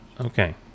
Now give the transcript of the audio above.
okay